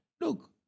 look